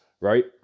right